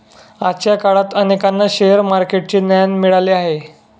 आजच्या काळात अनेकांना शेअर मार्केटचे ज्ञान मिळाले आहे